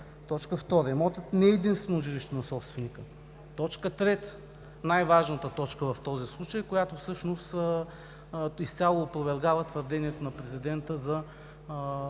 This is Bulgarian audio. на територията; 2. имотът не е единствено жилище на собственика;“. Точка 3, най-важната точка в този случай, която всъщност изцяло опровергава твърдението на президента за